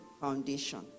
foundation